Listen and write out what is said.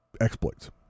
exploits